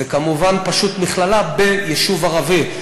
זה כמובן פשוט מכללה ביישוב ערבי.